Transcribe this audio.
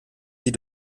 sie